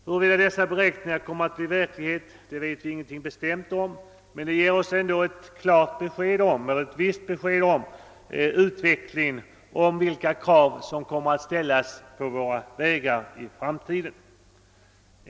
Huruvida dessa beräkningar kommer att slå in vet vi inte bestämt, men det ger oss ändå ett visst besked om utvecklingen och om vilka krav som kommer att ställas på våra vägar i framtiden.